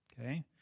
okay